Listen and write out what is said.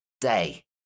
day